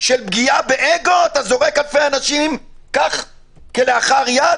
של פגיעה באגו אתה זורק אלפי אנשים כך, כלאחר יד?